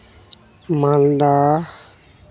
ᱢᱟᱞᱫᱟ